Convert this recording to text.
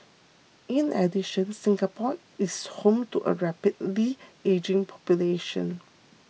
in addition Singapore is home to a rapidly ageing population